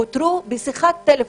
פוטרו בשיחת טלפון,